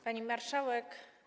Pani Marszałek!